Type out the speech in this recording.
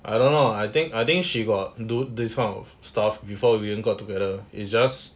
I don't know I think I think she got do this kind of stuff before we even got together is just